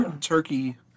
turkey